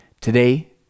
Today